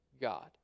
God